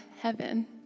heaven